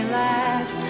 laugh